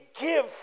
give